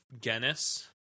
Guinness